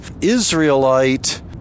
israelite